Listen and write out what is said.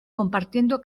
compartiendo